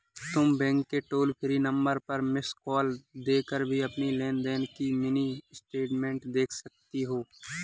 तुम बैंक के toll free number पर मिस्ड कॉल देकर भी अपनी लेन देन की मिनी स्टेटमेंट देख सकती हो